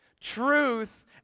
truth